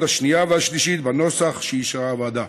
השנייה והשלישית בנוסח שאישרה הוועדה.